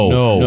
no